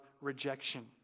rejection